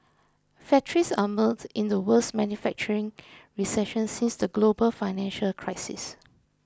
factories are mired in the worst manufacturing recession since the global financial crisis